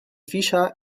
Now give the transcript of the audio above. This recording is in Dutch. visa